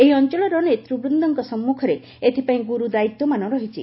ଏହି ଅଞ୍ଚଳର ନେତୃବୃନ୍ଦଙ୍କ ସମ୍ମୁଖରେ ଏଥିପାଇଁ ଗୁରୁଦାୟିତ୍ୱମାନ ରହିଛି